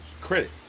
credit